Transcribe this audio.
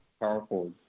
powerful